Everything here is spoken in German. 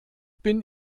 bin